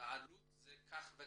בעלות כך וכך.